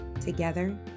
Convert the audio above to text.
Together